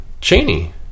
Cheney